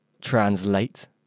translate